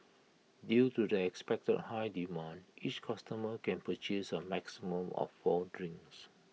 due to the expected high demand each customer can purchase A maximum of four drinks